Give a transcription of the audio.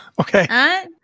Okay